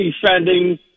defending